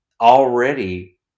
Already